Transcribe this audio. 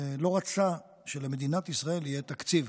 לא רצה שלמדינת ישראל יהיה תקציב,